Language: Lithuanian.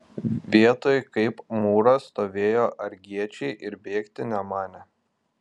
vietoj kaip mūras stovėjo argiečiai ir bėgti nemanė